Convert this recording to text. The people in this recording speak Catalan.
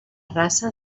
raça